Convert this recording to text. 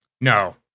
No